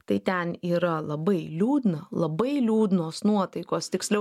tai ten yra labai liūdna labai liūdnos nuotaikos tiksliau